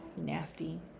nasty